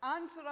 Answer